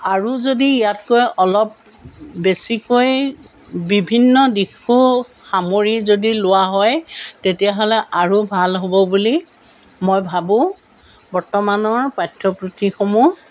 আৰু যদি ইয়াতকৈ অলপ বেছিকৈ বিভিন্ন দিশো সামৰি যদি লোৱা হয় তেতিয়াহ'লে আৰু ভাল হ'ব বুলি মই ভাবোঁ বৰ্তমানৰ পাঠ্যপুথিসমূহ